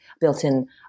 built-in